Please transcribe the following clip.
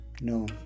No